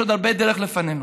יש עוד הרבה דרך לפנינו.